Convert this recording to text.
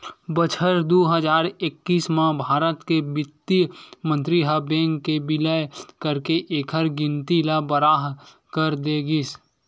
बछर दू हजार एक्कीस म भारत के बित्त मंतरी ह बेंक के बिलय करके एखर गिनती ल बारह कर दे गिस